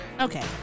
Okay